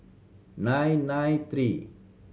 nine nine three